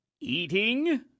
Eating